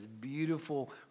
Beautiful